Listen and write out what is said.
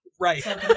Right